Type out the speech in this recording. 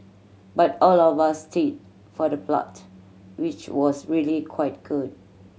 but all of us stayed for the plot which was really quite good